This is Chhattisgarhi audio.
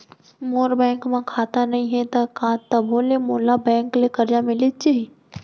मोर बैंक म खाता नई हे त का तभो ले मोला बैंक ले करजा मिलिस जाही?